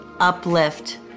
uplift